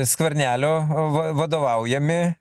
skvernelio va vadovaujami